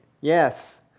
Yes